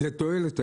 המתנתי